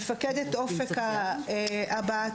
מפקדת אופק הבאה.